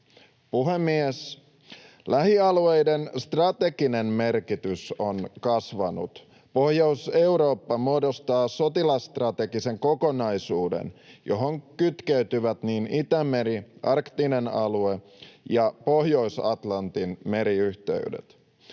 Puhemies! Lähialueiden strateginen merkitys on kasvanut. Pohjois-Eurooppa muodostaa sotilasstrategisen kokonaisuuden, johon kytkeytyvät Itämeri, arktinen alue ja Pohjois-Atlantin meriyhteydet.